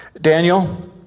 Daniel